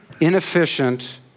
inefficient